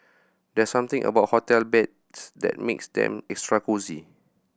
there's something about hotel beds that makes them extra cosy